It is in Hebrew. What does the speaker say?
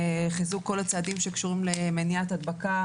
חיזוק כל הצעדים שקשורים למניעת הדבקה,